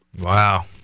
Wow